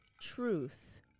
truth